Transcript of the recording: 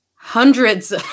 hundreds